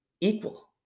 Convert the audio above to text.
equal